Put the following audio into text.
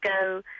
go